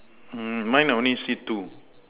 mm mine only see two